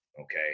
Okay